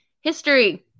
history